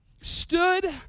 stood